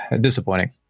disappointing